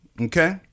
Okay